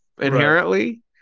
inherently